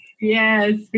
Yes